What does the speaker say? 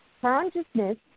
Consciousness